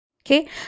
Okay